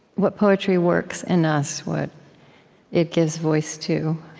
what poetry works in us, what it gives voice to